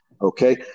Okay